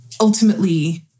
ultimately